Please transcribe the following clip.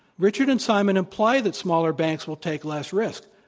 richard and simon imply that smaller banks will take less risk.